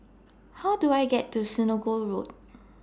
How Do I get to Senoko Road